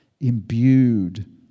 imbued